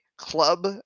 Club